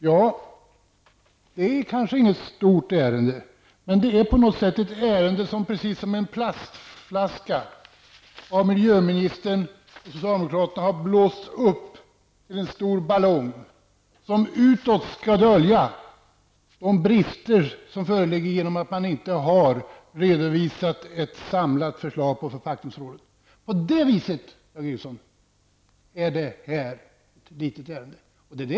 Ja, det är kanske inget stort ärende, men det är ett ärende som av miljöministern och socialdemokraterna har blåst upp till en stor ballong precis som en plastflaska. Den skall utåt dölja de brister som föreligger på grund av att man inte har redovisat ett samlat förslag på förpackningsområdet. På det viset, Dag Ericson, är det ett litet ärende.